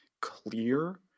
clear